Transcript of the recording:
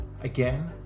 Again